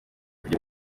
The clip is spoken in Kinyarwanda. kujya